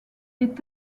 est